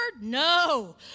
No